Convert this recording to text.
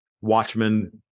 Watchmen